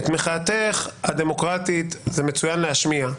מחאתך הדמוקרטית זה מצוין להשמיע.